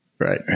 Right